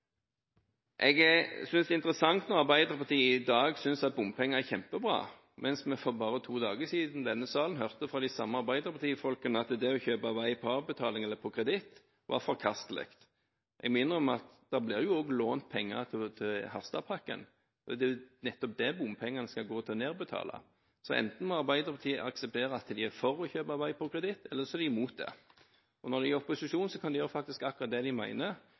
ressursene. Jeg synes det er interessant når Arbeiderpartiet i dag synes at bompenger er kjempebra, mens vi for bare to dager siden i denne salen hørte fra de samme arbeiderpartifolkene at det å kjøpe vei på avbetaling eller på kreditt var forkastelig. Jeg minner om at det ble jo også lånt penger til Harstadpakken. Det er nettopp det bompengene skal gå til å nedbetale. Så enten må Arbeiderpartiet akseptere at de er for å kjøpe vei på kreditt, eller så er de imot det. Og når de er i opposisjon, kan de gjøre faktisk akkurat det de